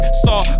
star